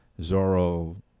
Zoro